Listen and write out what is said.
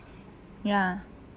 ya